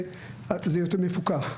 זה יותר מפוקח,